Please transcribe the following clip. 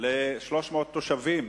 ל-300 תושבים,